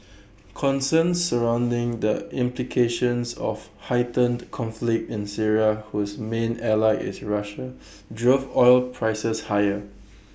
concerns surrounding the implications of heightened conflict in Syria whose main ally is Russia drove oil prices higher